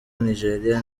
nigeria